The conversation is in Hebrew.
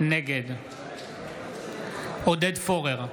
נגד עודד פורר,